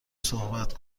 صحبت